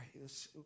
right